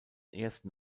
ersten